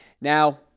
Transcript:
Now